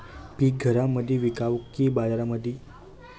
पीक घरामंदी विकावं की बाजारामंदी?